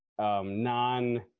non